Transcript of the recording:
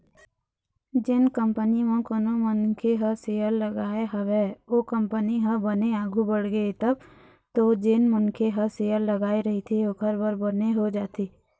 जेन कंपनी म कोनो मनखे ह सेयर लगाय हवय ओ कंपनी ह बने आघु बड़गे तब तो जेन मनखे ह शेयर लगाय रहिथे ओखर बर बने हो जाथे